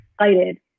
excited